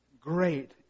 great